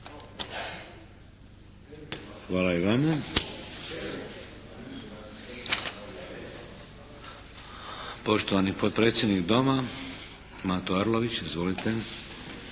Hvala i vama. Poštovani potpredsjednik Doma Mato Arlović. Izvolite!